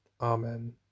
Amen